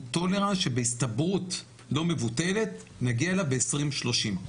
טולרנס שבהסתברות לא מבוטלת נגיע אליו ב-2030.